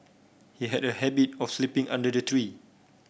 he had a habit of sleeping under the tree